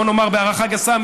בואו נאמר בהערכה גסה,